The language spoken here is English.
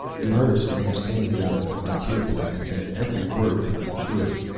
you heard of strange things out in the frontier planets and every word could be true.